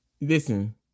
Listen